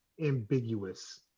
ambiguous